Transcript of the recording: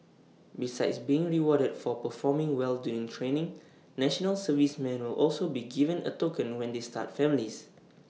besides being rewarded for performing well during training National Serviceman will also be given A token when they start families